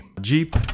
Jeep